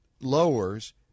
lowers